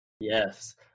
Yes